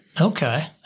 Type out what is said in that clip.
Okay